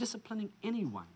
disciplining anyone